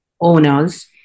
owners